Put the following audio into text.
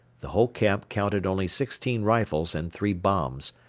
the whole camp counted only sixteen rifles and three bombs,